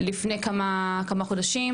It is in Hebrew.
לפני כמה חודשים,